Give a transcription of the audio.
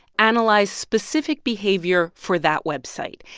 analyze specific behavior for that website.